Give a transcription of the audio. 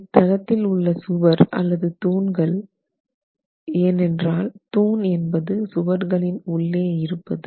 இத்தலத்தில் உள்ள சுவர் அல்லது தூண்கள் ஏனென்றால் தூண் என்பது சுவர்களின் உள்ளே இருப்பது